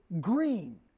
green